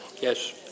Yes